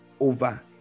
over